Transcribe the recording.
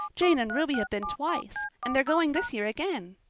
jane and ruby have been twice, and they're going this year again.